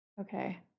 Okay